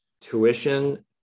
tuition